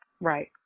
Right